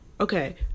Okay